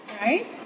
right